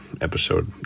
episode